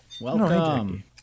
Welcome